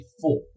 four